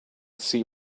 see